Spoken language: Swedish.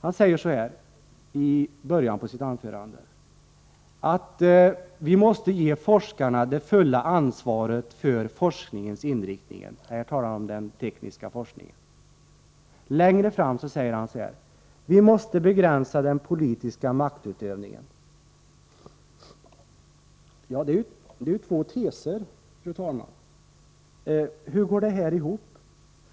I början av sitt anförande sade Per Unckel att vi måste ge forskarna det fulla ansvaret för forskningens inriktning, och här talade han om den tekniska forskningen. Litet senare sade han så här: Vi måste begränsa den politiska maktutövningen. Detta är ju två teser, fru talman. Hur går de ihop?